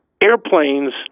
Airplanes